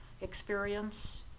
experience